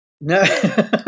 No